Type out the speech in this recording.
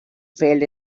failed